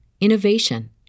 innovation